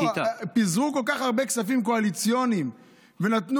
פיזרו כל כך הרבה כספים קואליציוניים ונתנו,